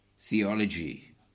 theology